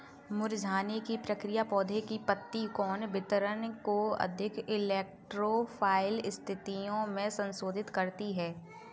मुरझाने की प्रक्रिया पौधे के पत्ती कोण वितरण को अधिक इलेक्ट्रो फाइल स्थितियो में संशोधित करती है